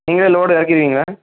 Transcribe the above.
நீங்களே லோட் இறக்கிருவிங்களா